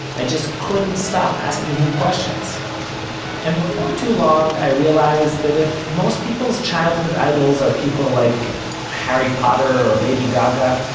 i just couldn't stop asking him questions and before too long i realized that if most people's childhood idols are people like harry potter or lady gaga,